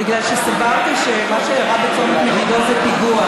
בגלל שסברתי שמה שאירע בצומת מגידו זה פיגוע,